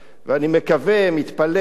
ואני מקווה, מתפלל,